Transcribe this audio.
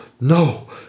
no